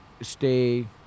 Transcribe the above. stay